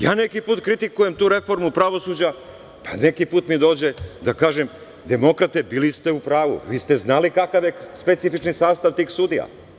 Ja neki put kritikujem tu reformu pravosuđa, a neki put mi dođe da kažem – demokrate, bili ste u pravu, vi ste znali kakav je specifični sastav tih sudija.